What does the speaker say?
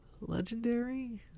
Legendary